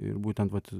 ir būtent vat